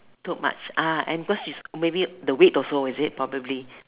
took much ah and because his maybe the weight also is it probably